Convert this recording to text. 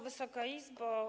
Wysoka Izbo!